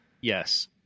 Yes